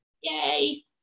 Yay